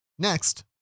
Next